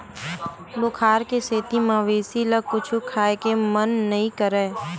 बुखार के सेती मवेशी ल कुछु खाए के मन नइ करय